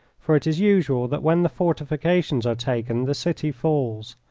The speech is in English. for it is usual that when the fortifications are taken the city falls,